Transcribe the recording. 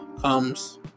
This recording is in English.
comes